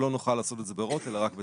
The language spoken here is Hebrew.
לא נוכל לעשות את זה בהוראות אלא רק בתקנות.